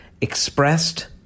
expressed